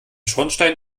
schornstein